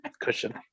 cushion